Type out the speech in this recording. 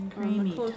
Creamy